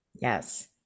Yes